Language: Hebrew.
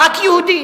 חבר כנסת יהודי?